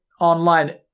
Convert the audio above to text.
online